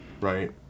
right